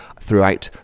throughout